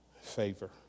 favor